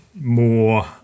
More